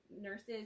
nurses